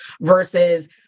versus